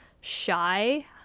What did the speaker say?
shy